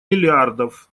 миллиардов